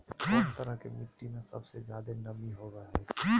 कौन तरह के मिट्टी में सबसे जादे नमी होबो हइ?